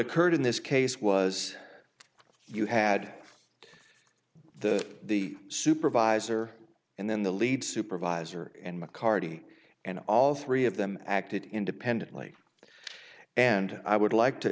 occurred in this case was you had the the supervisor and then the lead supervisor and mccarty and all three of them acted independently and i would like to